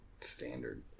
Standard